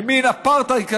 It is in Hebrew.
במין אפרטהייד שכזה,